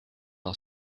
par